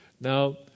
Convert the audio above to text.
Now